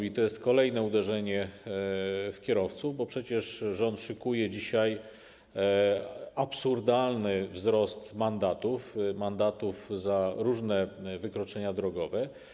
I to jest kolejne uderzenie w kierowców, bo przecież rząd szykuje dzisiaj absurdalny wzrost, jeśli chodzi o mandaty za różne wykroczenia drogowe.